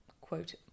quote